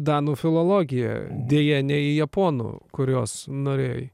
danų filologiją deja ne į japonų kurios norėjai